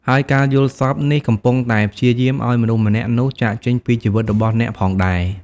ហើយការយល់សបិ្តនេះកំពុងតែព្យាយាម ឲ្យមនុស្សម្នាក់នោះ ចាកចេញពីជីវិតរបស់អ្នកផងដែរ។